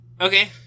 Okay